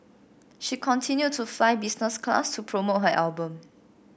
she continued to fly business class to promote her album